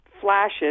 flashes